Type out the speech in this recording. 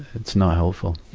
it's not helpful.